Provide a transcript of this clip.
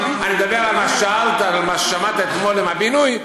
אני מדבר על מה ששאלת ועל מה ששמעת אתמול עם הבינוי,